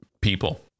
People